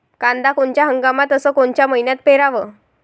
कांद्या कोनच्या हंगामात अस कोनच्या मईन्यात पेरावं?